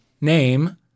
name